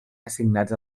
assignats